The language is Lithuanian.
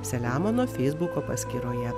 selemono feisbuko paskyroje